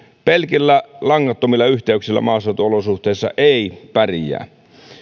pelkillä langattomilla yhteyksillä maaseutuolosuhteissa ei pärjää